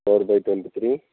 four by twenty three